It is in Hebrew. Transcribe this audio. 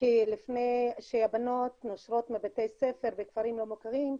לפני שהבנות נושרות מבתי הספר בכפרים הלא מוכרים,